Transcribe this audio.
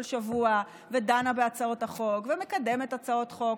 שבוע ודנה בהצעות החוק ומקדמת הצעות חוק,